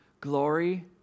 Glory